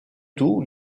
tout